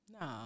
no